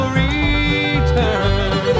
return